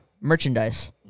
merchandise